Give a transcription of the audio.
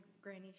granny